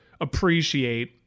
appreciate